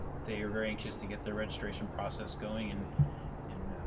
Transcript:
they are very anxious to get their registration process going and and